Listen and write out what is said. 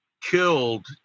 killed